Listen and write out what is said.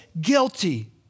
guilty